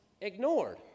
ignored